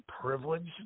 privilege